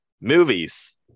movies